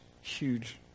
huge